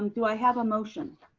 um do i have a motion?